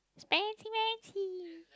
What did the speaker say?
Spancy Wancy